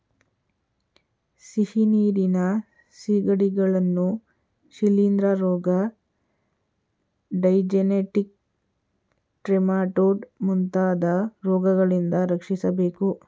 ಸಿಹಿನೀರಿನ ಸಿಗಡಿಗಳನ್ನು ಶಿಲಿಂದ್ರ ರೋಗ, ಡೈಜೆನೆಟಿಕ್ ಟ್ರೆಮಾಟೊಡ್ ಮುಂತಾದ ರೋಗಗಳಿಂದ ರಕ್ಷಿಸಬೇಕು